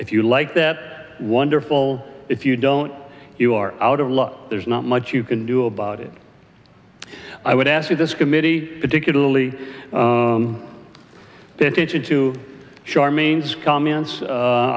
if you like that wonderful if you don't you are out of luck there's not much you can do about it i would ask you this committee particularly the intention to charmaine's comments